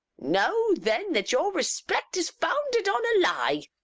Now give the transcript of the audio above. know then that your respect is founded on a lie!